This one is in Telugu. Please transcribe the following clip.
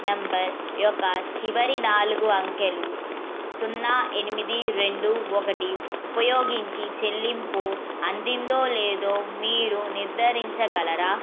నంబర్ యొక్క చివరి నాలుగు అంకెలు సున్నా ఎనిమిది రెండు ఒకటి ఉపయోగించి చెల్లింపు అందిందో లేదో మీరు నిర్ధారించగలరా